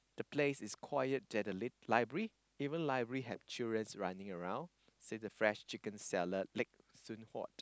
the place is quiet there the lit library even library had children running around say the fresh chicken seller leg soon hot